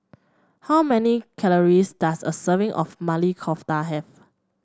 how many calories does a serving of Maili Kofta have